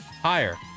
Higher